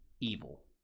evil